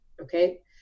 okay